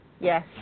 Yes